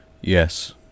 yes